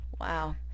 Wow